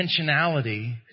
intentionality